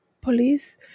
police